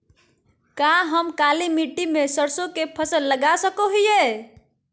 का हम काली मिट्टी में सरसों के फसल लगा सको हीयय?